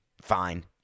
fine